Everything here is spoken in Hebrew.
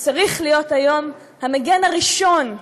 שצריך להיות היום המגן הראשון,